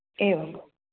एवम्